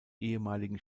ehemaligen